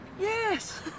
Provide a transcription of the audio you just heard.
Yes